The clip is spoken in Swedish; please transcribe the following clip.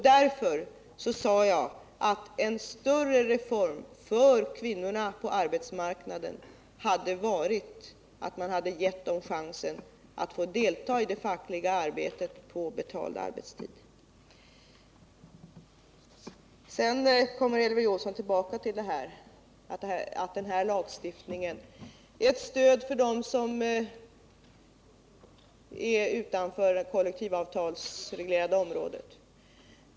Därför sade jag att en större reform för kvinnorna på arbetsmarknaden hade varit att ge dem chansen att få delta i det fackliga arbetet på betald arbetstid. Elver Jonsson kom tillbaka till att denna lagstiftning är ett stöd för dem som står utanför det kollektivavtalsreglerade området.